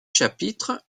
chapitres